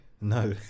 No